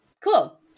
Cool